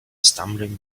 stumbling